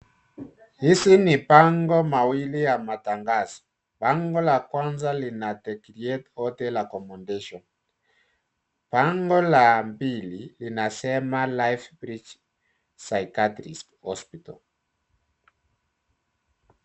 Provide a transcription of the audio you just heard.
Hizi ni bango mawili ya matangazo . Bango la kwanza lina the great hotel accomodation . Bango la pili linasema lifebridge psychiatric hospital .